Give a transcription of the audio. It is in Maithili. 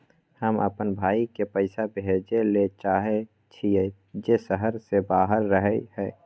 हम अपन भाई के पैसा भेजय ले चाहय छियै जे शहर से बाहर रहय हय